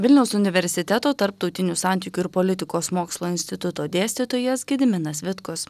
vilniaus universiteto tarptautinių santykių ir politikos mokslo instituto dėstytojas gediminas vitkus